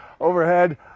overhead